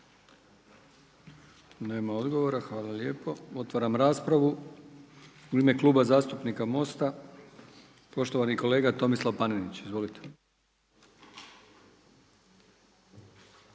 Nema odgovora, hvala lijepo. Otvaram raspravu. U ime Kluba zastupnika Mosta, poštovani kolega Tomislav Panenić. Izvolite.